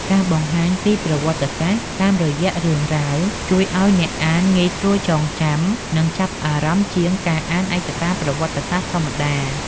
ការបង្ហាញពីប្រវត្តិសាស្ត្រតាមរយៈរឿងរ៉ាវ ជួយឲ្យអ្នកអានងាយស្រួលចងចាំ និងចាប់អារម្មណ៍ជាងការអានឯកសារប្រវត្តិសាស្ត្រធម្មតា។